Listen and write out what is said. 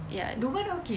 ya